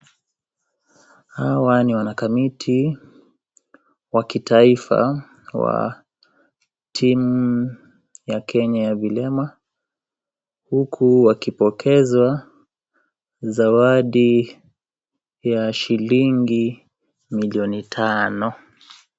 Hawa ni wanakamiti wa kitaifa wa, timu, ya Kenya ya vilema, huku wakipokezwa zawadi ya shilingi milioni tano.